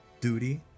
Duty